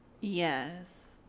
Yes